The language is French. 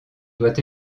doit